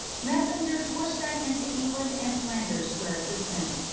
messengers were sent into england and flanders for assistance,